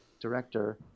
director